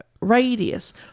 radius